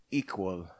equal